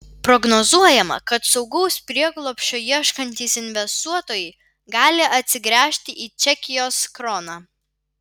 prognozuojama kad saugaus prieglobsčio ieškantys investuotojai gali atsigręžti į čekijos kroną